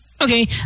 Okay